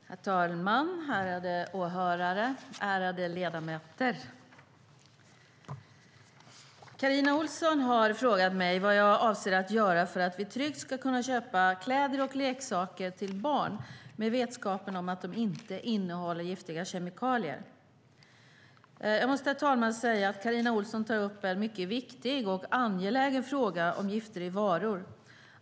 Herr talman! Ärade åhörare! Ärade ledamöter! Carina Ohlsson har frågat mig vad jag avser att göra för att vi tryggt ska kunna köpa kläder och leksaker till barn med vetskapen om att de inte innehåller giftiga kemikalier. Jag måste säga, herr talman, att Carina Ohlsson tar upp en mycket viktig och angelägen fråga om gifter i varor.